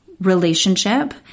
Relationship